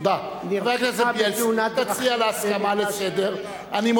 נרצחה בתאונת דרכים, תודה.